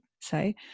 say